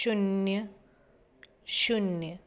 शुन्य शुन्य